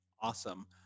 Awesome